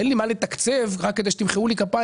אין לי מה לתקצב רק כדי שתמחאו לי כפיים